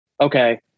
okay